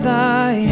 Thy